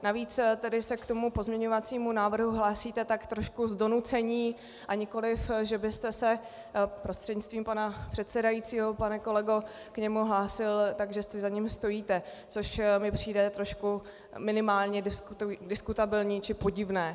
Navíc tedy se k tomu pozměňovacímu návrhu hlásíte tak trošku z donucení, a nikoliv že byste se, prostřednictvím pana předsedajícího pane kolego, k němu hlásil tak, že si za ním stojíte, což mi přijde trošku minimálně diskutabilní či podivné.